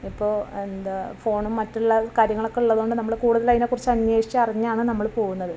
ഇപ്പോൾ എന്താ ഫോണും മറ്റുള്ള കാര്യങ്ങളൊക്കെ ഉള്ളതുകൊണ്ട് നമ്മൾ കൂടുതലതിനെക്കുറിച്ച് അന്വേഷിച്ചറിഞ്ഞാണ് നമ്മൾ പോവുന്നത്